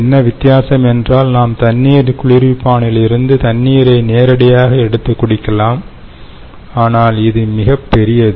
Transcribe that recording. என்ன வித்தியாசம் என்றால் நாம் தண்ணீர் குளிர்விப்பாணிலிருந்து தண்ணீரை நேரடியாக எடுத்து குடிக்கலாம் ஆனால் இது மிகப் பெரியது